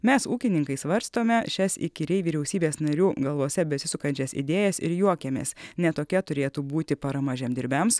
mes ūkininkai svarstome šias įkyriai vyriausybės narių galvose besisukančias idėjas ir juokiamės ne tokia turėtų būti parama žemdirbiams